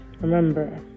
remember